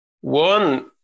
One